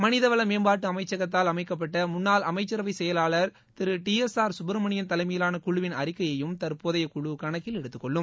மனிதவள மேம்பாட்டு அமைச்சகத்தால் அமைக்கப்பட்ட முன்னாள் அமைச்சரவைச் செயலாளா் Thiru T S R Subramanian தலைமையிலான குழுவின் அறிக்கையையும் தற்போதையக் குழு கணக்கில் எடுத்துக்கொள்ளும்